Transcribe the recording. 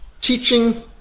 teaching